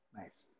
nice